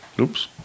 Oops